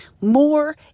more